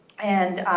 and